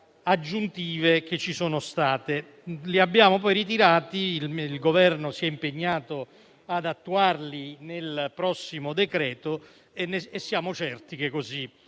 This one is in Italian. aggiuntive che ci sono state. Li abbiamo poi ritirati e il Governo si è impegnato ad attuarli nel prossimo decreto e siamo certi che così